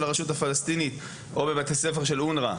הרשות הפלסטינית או בבתי ספר של אונר"א,